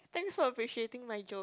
thanks for appreciating my joke